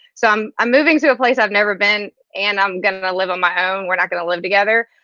so i'm moving to a place i've never been, and i'm gonna live on my own. we're not gonna live together.